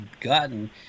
gotten